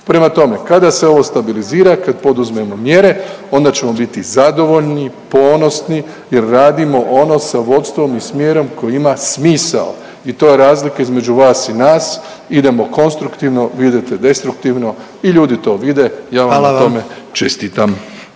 Prema tome, kada se ovo stabilizirala, kad poduzmemo mjere onda ćemo biti zadovoljni, ponosni jer radimo ono sa vodstvom i smjerom koji ima smisao. I to je razlika između vas i nas. Idemo konstruktivno, vi idete destruktivno i ljudi to vide, ja vam …/Upadica: